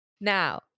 Now